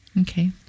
Okay